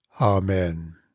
Amen